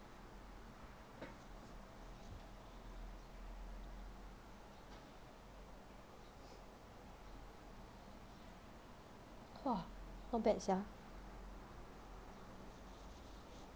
!wah! not bad sia